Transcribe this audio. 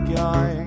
guy